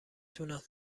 تونم